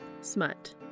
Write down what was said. Smut